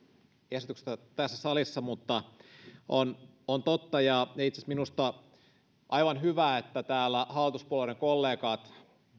esityksestä tässä salissa mutta on on totta ja itse asiassa minusta aivan hyvä että täällä hallituspuolueiden kollegat